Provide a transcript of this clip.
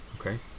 Okay